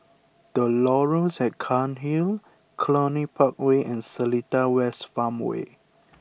the Laurels at Cairnhill Cluny Park Way and Seletar West Farmway